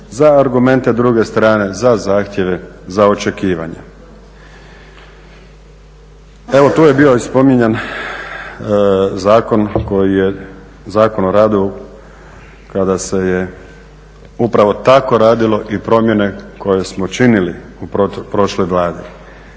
za argumente druge strane, za zahtjeve, za očekivanja. Evo, tu je bio i spominjan zakon koji je, Zakon o radu kada se je upravo tako radilo i promjene koje smo činili u prošloj Vladi.